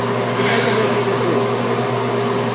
किन्ने कमरे चाहिदे थे